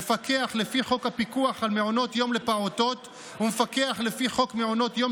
מפקח לפי חוק הפיקוח על מעונות יום לפעוטות ומפקח לפי חוק מעונות יום